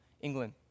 England